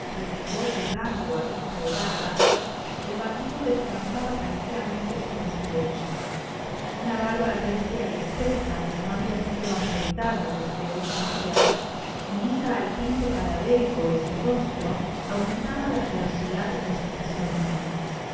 redingote blanco á guisa de bata el bandido descansaba tranquilamente sobre su lecho una barba recia y espesa que no habia sido afeitada desde ocho dias unida al tinte cadáverico de su rostro aumentaba la ferocidad de su fisonomia